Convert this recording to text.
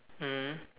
mm